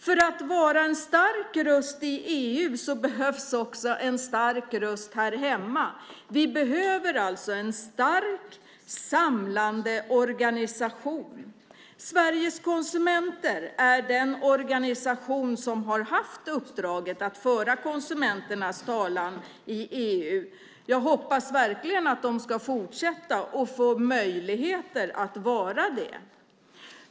För att vara en stark röst i EU behövs också en stark röst här hemma. Vi behöver alltså en stark samlande organisation. Sveriges konsumenter är den organisation som har haft uppdraget att föra konsumenternas talan i EU. Jag hoppas verkligen att de ska fortsätta att få möjligheter att vara det.